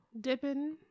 Dipping